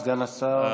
סגן השר.